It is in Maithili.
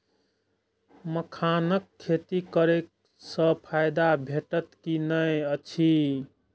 मखानक खेती करे स फायदा भेटत की नै अछि?